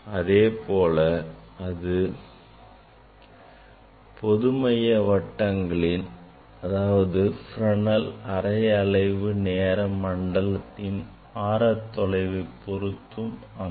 அதேபோல் அது பொதுமைய வட்டங்களின் அதாவது Fresnel அரை அளைவு நேர மண்டலத்தின் ஆரத் தொலைவை பொருத்தும் அமையும்